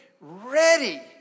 ready